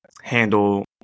handle